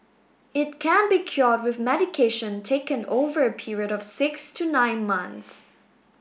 it can be cured with medication taken over a period of six to nine months